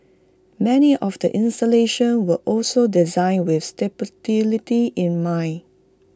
many of the installations were also designed with in mind